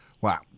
Wow